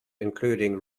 including